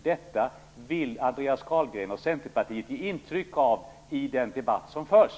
Detta vill Andreas Carlgren och Centerpartiet ge intryck av i den debatt som förs.